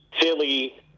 Philly